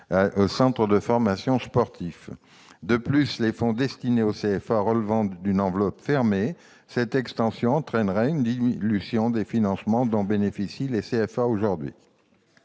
aux centres de formation sportifs. De plus, comme les fonds destinés aux CFA relèvent d'une enveloppe fermée, cette extension entraînerait une dilution des financements dont bénéficient les CFA aujourd'hui.